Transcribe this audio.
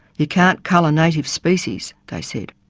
you can't cull a native species they said.